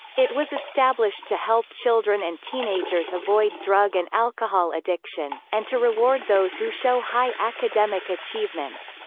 it was established to help children and teenagers avoid drug and alcohol addiction, and to reward those who show high academic achievement.